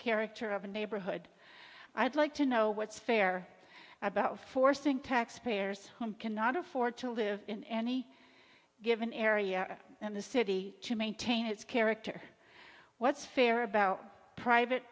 character of a neighborhood i'd like to know what's fair about forcing taxpayers home cannot afford to live in any given area and the city to maintain its character what's fair about private